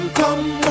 come